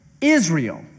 Israel